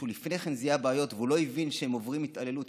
שהוא לפני כן זיהה בעיות והוא לא הבין שהם עוברים התעללות,